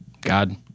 God